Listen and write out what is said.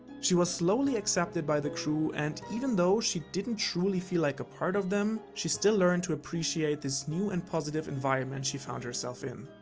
she was slowly accepted by the crew, and even though she didn't truly feel like a part of them, she still learned to appreciate this new and positive environment she found herself in.